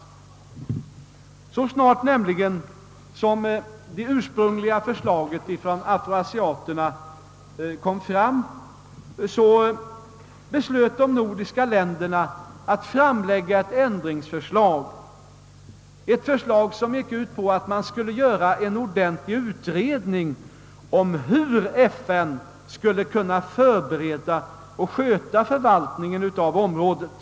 Så snart som det ursprungliga förslaget från de afro-asiatiska staterna lades fram beslöt nämligen de nordiska länderna att framlägga ett ändringsförslag, som gick ut på att man skulle göra en ordentlig utredning om hur FN skulle kunna förbereda och Isköta förvaltningen av området.